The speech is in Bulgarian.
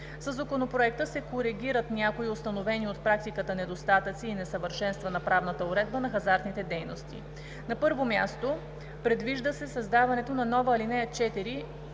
Със Законопроекта се коригират някои установени от практиката недостатъци и несъвършенства на правната уредба на хазартните дейности. На първо място, предвижда се създаването на нова ал. 4